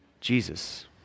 Jesus